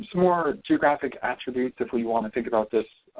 more geographic attributes if we want to think about this